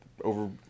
Over